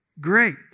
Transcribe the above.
Great